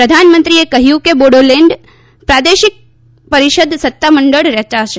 પ્રધાનમંત્રીએ કહ્યુંકે બોડો લેન્ડ પ્રાદેશીક પરિષદ સત્તામંડળ રચાશે